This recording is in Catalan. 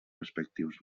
respectius